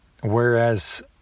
whereas